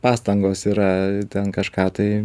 pastangos yra ten kažką tai